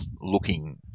looking